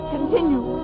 Continue